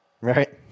Right